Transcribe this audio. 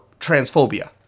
transphobia